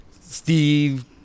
Steve